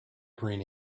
green